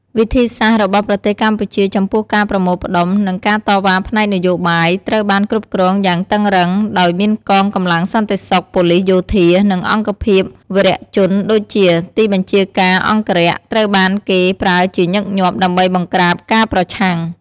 វិធីសាស្រ្តរបស់ប្រទេសកម្ពុជាចំពោះការប្រមូលផ្តុំ និងការតវ៉ាផ្នែកនយោបាយត្រូវបានគ្រប់គ្រងយ៉ាងតឹងរ៉ឹង ដោយមានកងកម្លាំងសន្តិសុខ ប៉ូលីស យោធា និងអង្គភាពវរជនដូចជា ទីបញ្ជាការអង្គរក្ស ត្រូវបានគេប្រើជាញឹកញាប់ ដើម្បីបង្ក្រាបការប្រឆាំង។